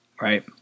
Right